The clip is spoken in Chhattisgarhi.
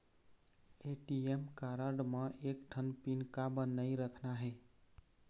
ए.टी.एम कारड म एक ठन पिन काबर नई रखना हे?